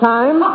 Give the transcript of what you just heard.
Time